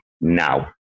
now